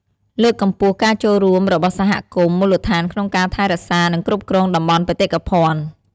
លើកកម្ពស់ការចូលរួមរបស់សហគមន៍មូលដ្ឋានក្នុងការថែរក្សា និងគ្រប់គ្រងតំបន់បេតិកភណ្ឌ។